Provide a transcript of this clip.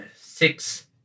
six